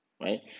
Right